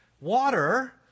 Water